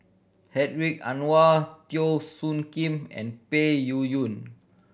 Hedwig Anuar Teo Soon Kim and Peng Yuyun